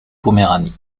poméranie